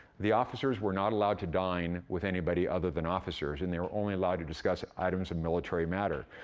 the officers were not allowed to dine with anybody other than officers, and they were only allowed to discuss items of military matter.